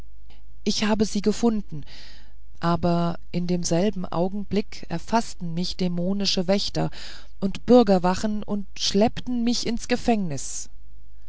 ich habe sie gefunden aber in demselben augenblick erfaßten mich dämonische wächter und bürgerwachen und schleppten mich ins gefängnis